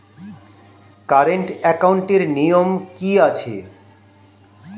Current একাউন্টের নিয়ম কী আছে?